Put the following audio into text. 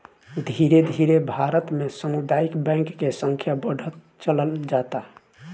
धीरे धीरे भारत में सामुदायिक बैंक के संख्या बढ़त चलल जाता